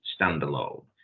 standalone